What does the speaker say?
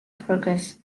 progress